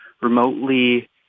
remotely